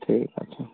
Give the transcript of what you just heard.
ᱴᱷᱤᱠ ᱟᱪᱷᱮ